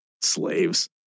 slaves